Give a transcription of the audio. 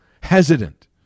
hesitant